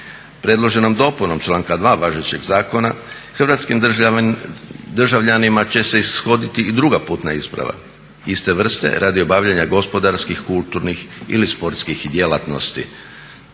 Predloženom dopunom članka 2.važećeg zakona hrvatskim državljanima će se ishoditi i druga putna isprava iste vrste radi obavljanja gospodarskih, kulturnih ili sportskih djelatnosti